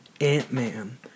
Ant-Man